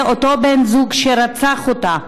אותו בן זוג שרצח אותה